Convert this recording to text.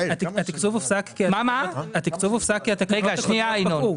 התקצוב הופסק כי התקנות הקודמות פקעו.